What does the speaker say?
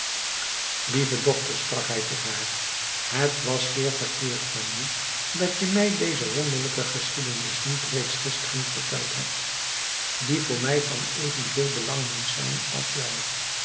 lieve dochter sprak hij tot haar het was zeer verkeerd van je dat je mij deze wonderlijke geschiedenis niet reeds gisteren verteld hebt die voor mij van even veel belang moet zijn als jou